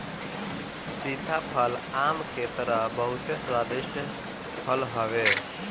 सीताफल आम के तरह बहुते स्वादिष्ट फल हवे